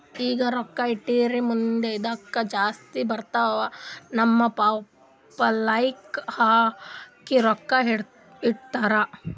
ಈಗ ರೊಕ್ಕಾ ಇಟ್ಟುರ್ ಮುಂದ್ ಇದ್ದುಕ್ ಜಾಸ್ತಿ ಬರ್ತಾವ್ ನಮ್ ಪಪ್ಪಾ ಲೆಕ್ಕಾ ಹಾಕಿ ರೊಕ್ಕಾ ಇಟ್ಟಾರ್